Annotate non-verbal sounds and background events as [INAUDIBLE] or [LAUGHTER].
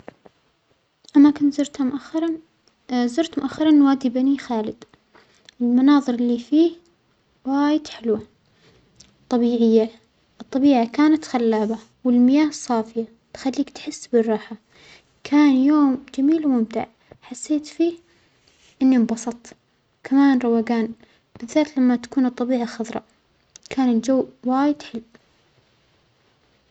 أماكن زرتها مؤخرا، [HESITATION] زرت مؤخرا وادى بنى خالد، المناظر اللى فيه وايد حلوة، طبيعية، الطبيعة كانت خلابة والمياه صافية تخليك تحس بالراحلة، كان يوم جميل وممتع، حسيت فيه انى إنبسطت وكمان روجان بالذات لما تكون الطبيعة خظراء، كان الجو وايد حلو.